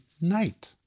night